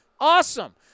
Awesome